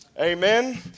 Amen